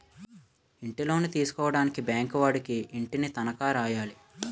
ఇంటిలోను తీసుకోవడానికి బ్యాంకు వాడికి ఇంటిని తనఖా రాయాలి